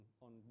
on